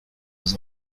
was